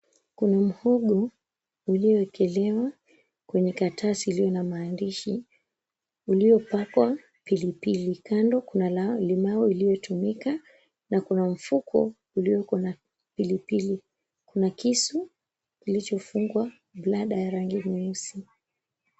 Kuna mhogo ulioekelewa kwenye karatasi iliyo na maandishi uliopakwa pilipili. Kando kuna limau iliyotumika na kuna ufuko ulioko na pilipili. Kuna kisu kilichofungwa blada ya rangi nyeusi.